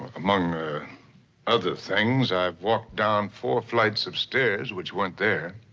among other things, i walked down four flights of stairs which weren't there.